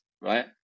right